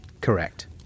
Correct